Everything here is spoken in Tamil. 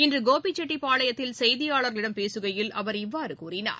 இன்று கோபிச்செட்டிபாளையத்தில் செய்தியாளர்களிடம் பேசுகையில் அவர் இவ்வாறு கூறினார்